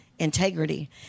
integrity